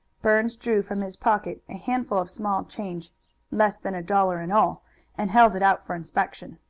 burns drew from his pocket a handful of small change less than a dollar in all and held it out for inspection.